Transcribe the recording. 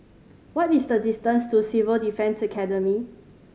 what is the distance to Civil Defence Academy